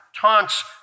taunts